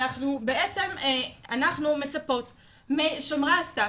אנחנו בעצם מצפות משומרי הסף,